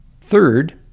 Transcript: Third